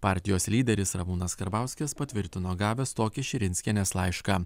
partijos lyderis ramūnas karbauskis patvirtino gavęs tokį širinskienės laišką